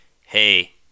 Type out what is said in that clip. Hey